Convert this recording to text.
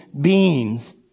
beings